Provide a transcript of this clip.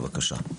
בבקשה.